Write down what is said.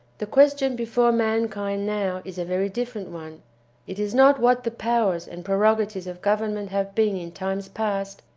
the question before mankind now is a very different one it is not what the powers and prerogatives of government have been in times past,